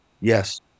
Yes